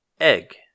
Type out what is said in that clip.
egg